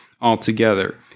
Altogether